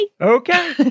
okay